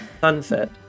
sunset